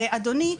אדוני,